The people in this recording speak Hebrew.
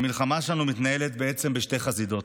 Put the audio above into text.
והמלחמה שלנו מתנהלת בעצם בשתי חזיתות.